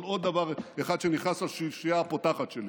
אבל עוד דבר אחד שנכנס לשלישייה הפותחת שלי: